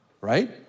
right